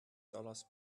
dollars